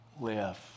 live